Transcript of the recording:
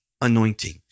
anointing